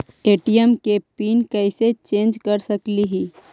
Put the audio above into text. ATM के PIN कैसे change कर सकली ही?